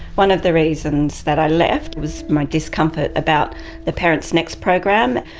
one of the reasons that i left was my discomfort about the parentsnext program,